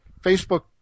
Facebook